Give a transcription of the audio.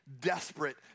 desperate